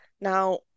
Now